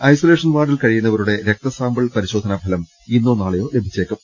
isolation വാർഡിൽ കഴിയുന്നവരുടെ രക്തപ രിശോധനാഫലം ഇന്നോ നാളെയോ ലഭിച്ചേക്കും